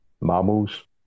mammals